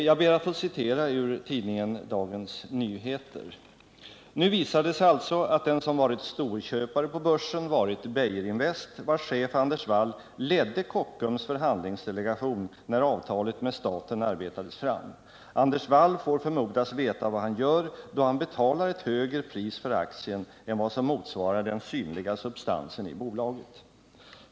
Jag ber att få citera ur tidningen Dagens Nyheter: ”Nu visar det sig alltså att den som varit storköpare på börsen varit Beijerinvest, vars chef Anders Wall ledde Kockums förhandlingsdelegation när avtalet med staten arbetades fram. Anders Wall får förmodas veta vad han gör då han betalar ett högre pris för aktien än vad som motsvarar den synliga substansen i bolaget.